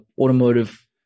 automotive